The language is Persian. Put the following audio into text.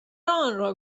آنرا